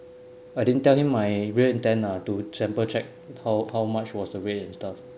I didn't tell him my real intent lah to sample check how how much was the rate and stuff